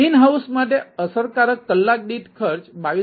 તેથી in house માટે અસરકારક કલાક દીઠ ખર્ચ 22